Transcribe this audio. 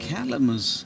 Calamus